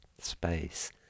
space